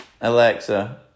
Alexa